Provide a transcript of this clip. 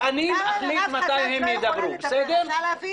אני אחליט מתי הם ידברו, בסדר?